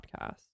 podcast